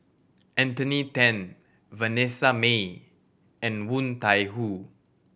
Anthony Then Vanessa Mae and Woon Tai Ho